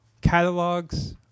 catalogs